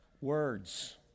Words